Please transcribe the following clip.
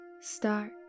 start